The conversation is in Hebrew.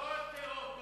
אבל פה הטרור,